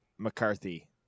mccarthy